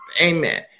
amen